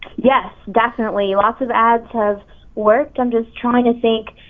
yes, definitely, lots of ads have worked, i'm just trying to think.